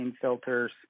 filters